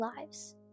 lives